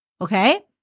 Okay